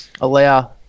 allow